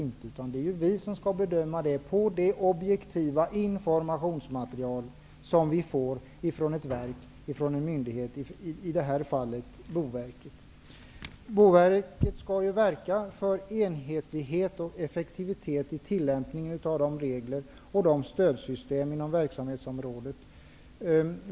Det är vi som skall bedöma den, med utgångspunkt i det objektiva informationsmaterial som vi får från ett verk eller en myndighet, i det här fallet Boverket. Boverket skall verka för enhetlighet och effektivitet i tillämpningen av regler och stödsystem inom verksamhetsområdet.